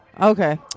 Okay